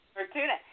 Fortuna